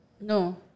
No